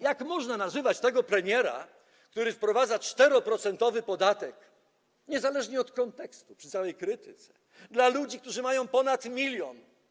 Jak można nazywać tego premiera, który wprowadza 4-procentowy podatek, niezależnie od kontekstu, przy całej krytyce, dla ludzi, którzy mają ponad milion.